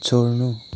छोड्नु